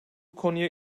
konuya